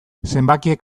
zenbakiek